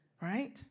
Right